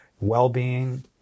well-being